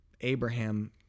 Abraham